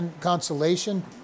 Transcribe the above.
consolation